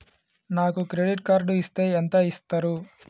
నాకు credit card ఇస్తే ఎంత ఇస్తరు?